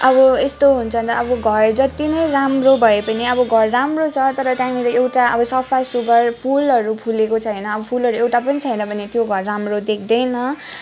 अब यस्तो हुन्छ अब घर जति नै राम्रो भए पनि अब घर राम्रो छ तर त्यहाँनिर एउटा सफा सुग्घर फुलहरू फुलेको छैन फुलहरू एउटा पनि छैन भने त्यो घर राम्रो देख्दैन